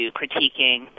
critiquing